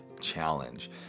Challenge